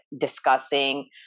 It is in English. discussing